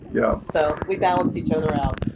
yeah so we balance each other out.